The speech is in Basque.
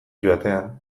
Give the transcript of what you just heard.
joatean